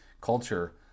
culture